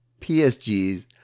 PSGs